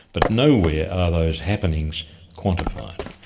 but nowhere are those happenings quantified.